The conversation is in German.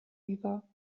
über